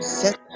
set